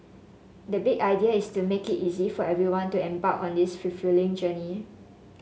the big idea is to make it easy for everyone to embark on this fulfilling journey